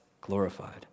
glorified